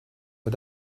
but